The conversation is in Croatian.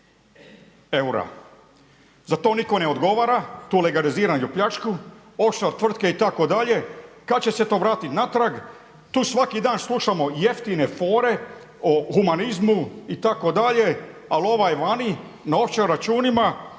Za to nitko ne odgovara tu legaliziranu pljačku, off shore tvrtke itd., kada će se to vratiti natrag? Tu svaki dan slušamo jeftine fore o humanizmu itd. ali ovaj vani, …/Govornik